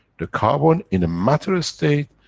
the carbon in a matter-state,